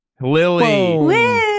Lily